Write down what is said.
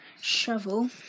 shovel